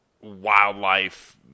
wildlife